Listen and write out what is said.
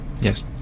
Yes